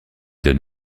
donne